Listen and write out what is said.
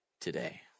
today